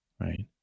right